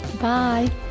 Bye